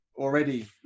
Already